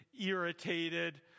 irritated